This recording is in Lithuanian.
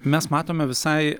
mes matome visai